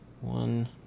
One